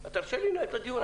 תרשה לי לנהל את הדיון.